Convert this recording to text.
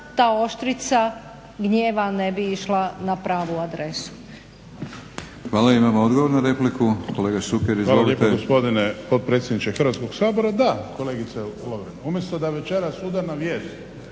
ta oštrica gnjeva ne bi išla na pravu adresu.